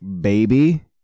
baby